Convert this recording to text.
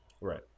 Right